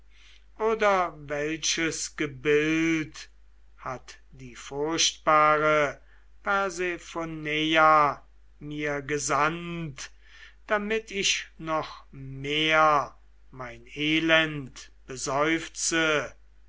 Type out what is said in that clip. oder welches gebild hat die furchtbare persephoneia mir gesandt damit ich noch mehr mein elend beseufze